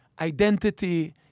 identity